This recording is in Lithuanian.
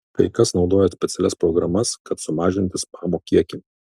kai kas naudoja specialias programas kad sumažinti spamo kiekį